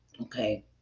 okay